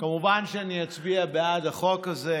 כמובן שאני אצביע בעד החוק הזה,